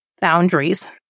boundaries